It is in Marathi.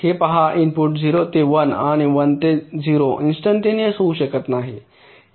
हे पहा इनपुट 0 ते 1 आणि 1 ते 0 इंस्टंटेनेउस होऊ शकत नाही